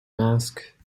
mask